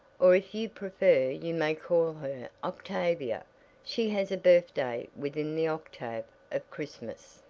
or if you prefer you may call her octavia she has a birthday within the octave of christmas.